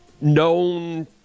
known